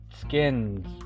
skins